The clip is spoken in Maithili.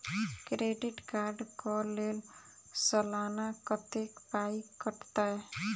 क्रेडिट कार्ड कऽ लेल सलाना कत्तेक पाई कटतै?